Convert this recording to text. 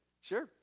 sure